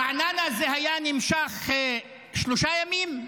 ברעננה זה היה נמשך שלושה ימים?